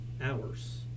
hours